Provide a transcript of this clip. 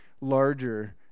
larger